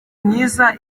myiza